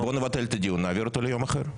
בוא נבטל את הדיון ונעביר אותו ליום אחר.